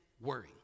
Worry